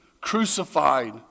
crucified